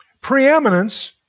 Preeminence